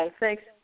Thanks